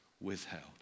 withheld